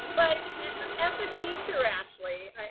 but as a teacher, ashley,